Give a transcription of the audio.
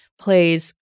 plays